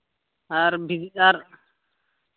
ᱟᱨ ᱵᱷᱮᱜᱟᱨ